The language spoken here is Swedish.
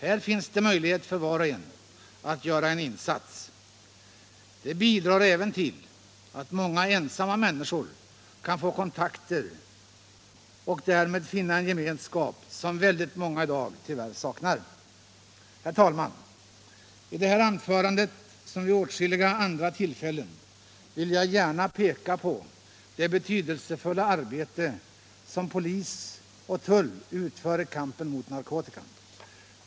Här finns det möjlighet för var och en att göra en insats. Det bidrar även till att många ensamma människor kan få kontakter och därmed finna en gemenskap, som väldigt många i dag tyvärr saknar. Herr talman! I det här anförandet och vid åtskilliga andra tillfällen har jag velat peka på det betydelsefulla arbete som polis och tull utför i kampen mot narkotika.